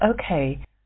okay